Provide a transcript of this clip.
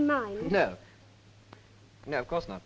no no no of course not